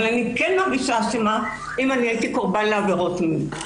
אבל אני כן מרגישה אשמה אם הייתי קורבן לעבירות מין.